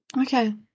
Okay